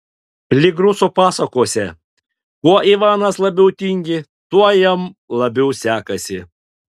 lyg rusų pasakose kuo ivanas labiau tingi tuo jam labiau sekasi